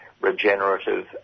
regenerative